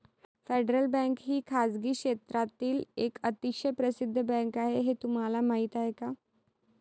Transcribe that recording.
Federal Bank ही खासगी क्षेत्रातील एक अतिशय प्रसिद्ध बँक आहे हे तुम्हाला माहीत आहे का?